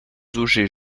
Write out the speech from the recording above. objets